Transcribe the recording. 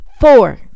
Four